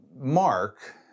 Mark